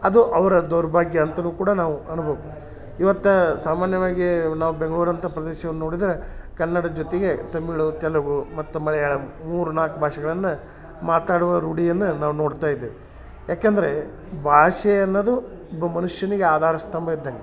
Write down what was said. ಅದು ಅವರ ದುರ್ಭಾಗ್ಯ ಅಂತನು ಕೂಡ ನಾವು ಅನ್ಬೇಕು ಇವತ್ತಾ ಸಾಮಾನ್ಯವಾಗಿ ನಾವು ಬೆಂಗಳೂರಂಥ ಪ್ರದೇಶವನ್ನ ನೋಡಿದ್ರೆ ಕನ್ನಡ ಜೊತೆಗೆ ತಮಿಳು ತೆಲುಗು ಮತ್ತು ಮಳಿಯಾಳಂ ಮೂರ್ನಾಲ್ಕು ಭಾಷೆಗಳನ್ನ ಮಾತಾಡುವ ರೂಢಿಯನ್ನ ನಾವು ನೋಡ್ತಾಯಿದ್ದೇವೆ ಯಾಕಂದರೆ ಭಾಷೆ ಅನ್ನೋದು ಒಬ್ಬ ಮನುಷ್ಯನಿಗೆ ಆಧಾರ ಸ್ತಂಭ ಇದ್ದಂಗ